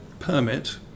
permit